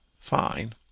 fine